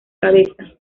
cabeza